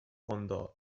fondò